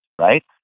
right